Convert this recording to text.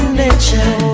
nature